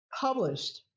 published